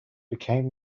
became